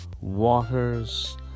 waters